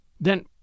Then